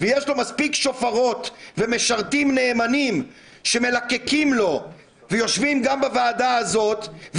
יש לו מספיק שופרות ומשרתים נאמנים שמלקקים לו ויושבים גם בוועדה הזאת,